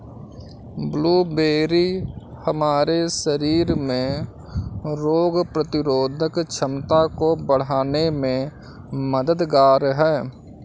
blueberry हमारे शरीर में रोग प्रतिरोधक क्षमता को बढ़ाने में मददगार है